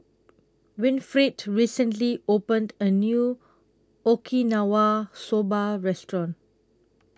Winifred recently opened A New Okinawa Soba Restaurant